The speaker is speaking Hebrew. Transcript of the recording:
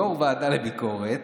יושב-ראש הוועדה לביקורת,